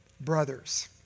brothers